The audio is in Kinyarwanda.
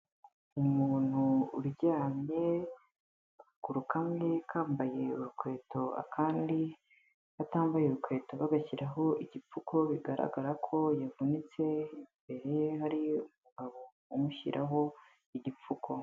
Umuntu uryamye akaguru kamwe kambaye urukweto akandi katambaye urukweto bagashyiraho igipfuko, bigaragara ko yavunitse imbere hari umugabo umushyiraho igipfuko.